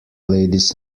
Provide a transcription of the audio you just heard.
ladies